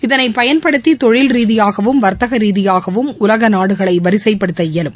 இதனை பயன்படுத்தி தொழில்ரீதியாகவும் வர்த்தக ரீதியாகவும் உலக நாடுகளை வரிசைப்படுத்த இயலும்